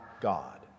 God